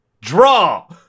Draw